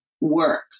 work